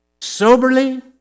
soberly